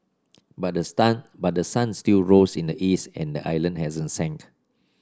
but the stun but the sun still rose in the east and the island hasn't sunk